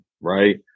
right